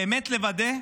באמת לוודא,